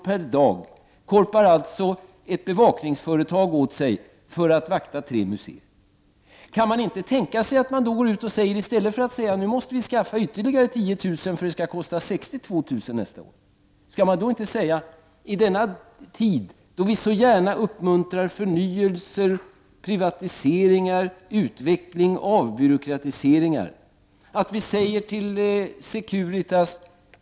per dag korpar alltså ett bevakningsföretag åt sig för att bevaka tre museer. I stället för att säga att vi måste skaffa ytterligare 10000 kr., eftersom bevakningen skall kosta 62 000 kr. nästa år, kunde vi väl i denna tid, då vi så gärna uppmuntrar förnyelser, privatiseringar, utveckling och avbyråkratiseringar säga följande till Securitas.